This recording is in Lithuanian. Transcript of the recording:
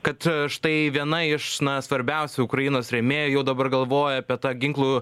kad štai viena iš na svarbiausių ukrainos rėmėjų jau dabar galvoja apie tą ginklų